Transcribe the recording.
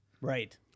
Right